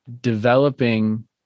developing